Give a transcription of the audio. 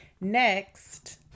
Next